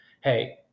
hey